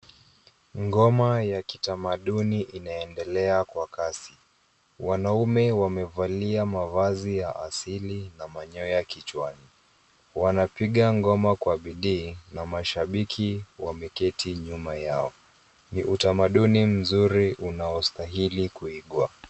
Ngoma ya kitamaduni inaendelea mwa kasi. Wanaume wamevalia mavazi ya asili na manyoya kichwani. Wanapiga ngoma kwa bidii na mashabiki wameketi nyuma yao. Ni utamaduni mzuri unaostahili kuigwa.